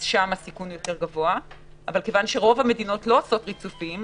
אבל כיוון שרוב המדינות לא עושות את הריצופים,